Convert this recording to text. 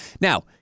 Now